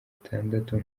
atandatu